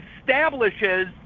establishes